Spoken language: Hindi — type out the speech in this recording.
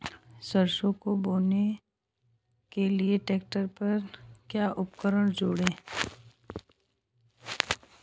सरसों को बोने के लिये ट्रैक्टर पर क्या उपकरण जोड़ें?